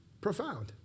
profound